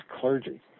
clergy